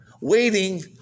waiting